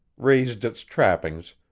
raised its trappings,